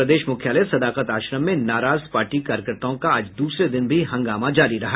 प्रदेश मूख्यालय सदाकत आश्रम में नाराज पार्टी कार्यकर्ताओं का आज द्रसरे दिन भी हंगामा जारी रहा